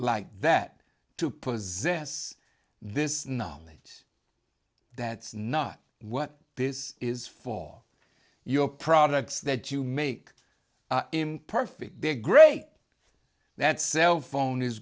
like that to possess this knowledge that's not what this is for your products that you make imperfect they're great that cell phone is